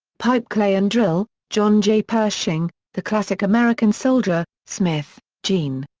pipe clay and drill john j. pershing, the classic american soldier, smith, gene.